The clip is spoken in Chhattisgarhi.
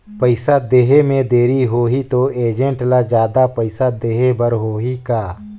पइसा देहे मे देरी होही तो एजेंट ला जादा पइसा देही बर होही का?